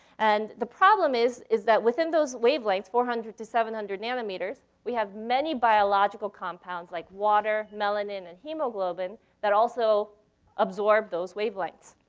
and the problem is is that within those wavelengths, four hundred to seven hundred nanometers, we have many biological compounds, like water, melanin, and hemoglobin that also absorb those wavelengths.